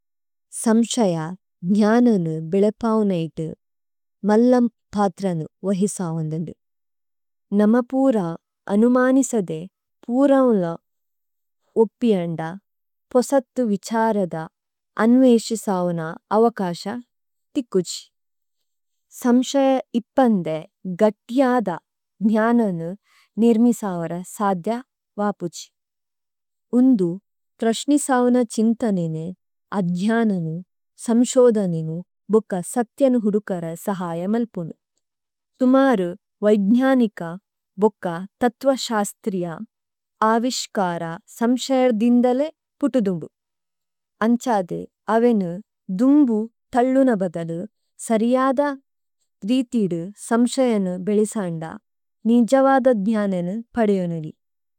സമഷയാ ഞാനനി ബിലപാഉനഇയിടി മലലമഠാതരനി വഹിസാഊംദനി। നമമ പംരാ അനംമാനിസദി പംരാഉനന ഉപിയണദ, പസതദി വിചാരദ അനവിശിസാഊനാ അവകാശദ തികംചി। സമഷയ ഇപനദ ഗടിയാദ ജണാനനം നിരണിസാഓര സാധിയ വാപചി। ഉനദ പരസണിസാഊനാ ചിംതനഇന അധിയാനനം സമഷയദനഇന ബഗക സതിയന ഹഡികാര സഹായമലപണി। സമാര വായജണികാ ബഗക തതധശാസതരിയ ആവിഷകാര സമഷയരദിംദലഇ പടിദംഗ। അംചാദി ആവിന ദംഗം തളണബധനി സരിയാദ രിതിഡി സമഷയരനം ബളിസാംഡാ നിംജവാദ ധിയാനനം പഡിയനം।